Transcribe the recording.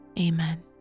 Amen